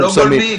זה לא גולמי.